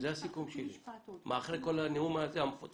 כפי שידוע לכם, מדינת ישראל מובילה בפערים בחינוך.